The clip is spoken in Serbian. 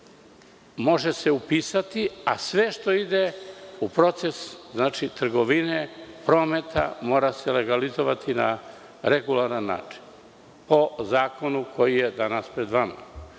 može se upisati, a sve što ide u proces trgovine, prometa, mora se legalizovati na regularan način po zakonu koji je danas pred